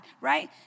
right